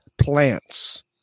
plants